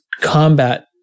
combat